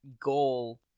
goal